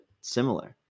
similar